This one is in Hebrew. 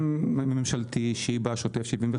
גם ממשלתי, שיבא 75,